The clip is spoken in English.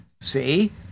see